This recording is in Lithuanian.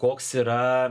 koks yra